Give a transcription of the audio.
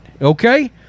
okay